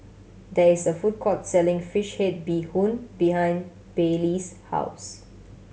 there is a food court selling fish head bee hoon behind Baylee's house